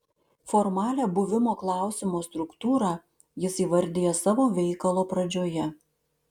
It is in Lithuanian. formalią buvimo klausimo struktūrą jis įvardija savo veikalo pradžioje